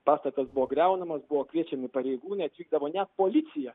pastatas buvo griaunamas buvo kviečiami pareigūnai atvykdavo net policija